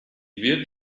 wird